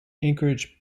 anchorage